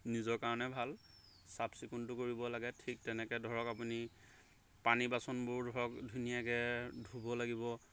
নিজৰ কাৰণে ভাল চাফ চিকুণটো কৰিব লাগে ঠিক তেনেকৈ ধৰক আপুনি পানী বাচনবোৰ ধৰক ধুনীয়াকৈ ধুব লাগিব